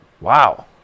wow